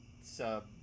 sub